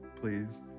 please